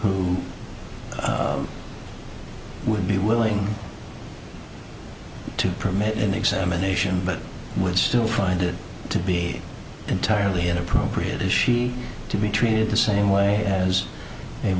who would be willing to permit an examination but would still find it to be entirely inappropriate is she to be treated the same way as a